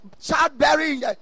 childbearing